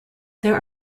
there